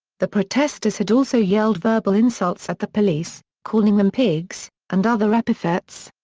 the protestors had also yelled verbal insults at the police, calling them pigs and other epithets.